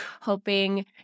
hoping